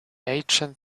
agent